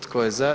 Tko je za?